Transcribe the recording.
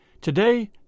Today